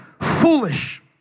foolish